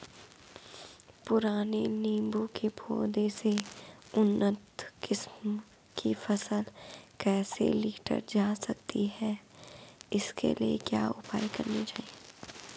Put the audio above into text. पुराने नीबूं के पौधें से उन्नत किस्म की फसल कैसे लीटर जा सकती है इसके लिए क्या उपाय करने चाहिए?